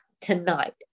tonight